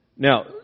Now